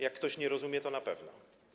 Jak ktoś nie rozumie, to na pewno.